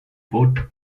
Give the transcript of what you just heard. put